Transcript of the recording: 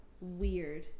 weird